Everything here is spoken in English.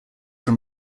from